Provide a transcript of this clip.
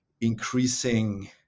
increasing